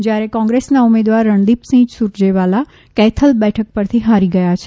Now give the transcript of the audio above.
જ્યારે કોંગ્રેસના ઉમેદવાર રણદિપસિંહ સુરજેવાલા કૈથલ બેઠક પરથી હારી ગયા છે